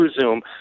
Zoom